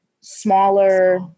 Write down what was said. smaller